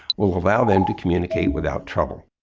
will allow them to communicate without trouble.